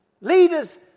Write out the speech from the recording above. Leaders